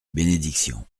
bénédiction